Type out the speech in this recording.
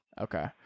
okay